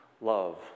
love